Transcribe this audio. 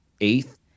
eighth